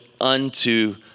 unto